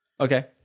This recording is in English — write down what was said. Okay